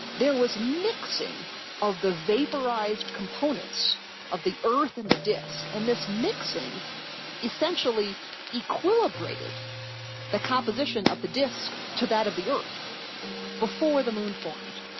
there was mixing of the vaporised components of the earth and the disc, and this mixing essentially equilibrated the composition of the disc to that of the earth before the moon formed.